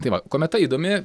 tai va kometa įdomi